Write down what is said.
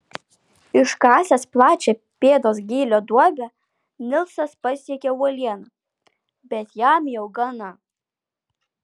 iškasęs plačią pėdos gylio duobę nilsas pasiekia uolieną bet jam jau gana